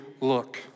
look